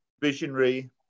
visionary